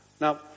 Now